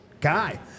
guy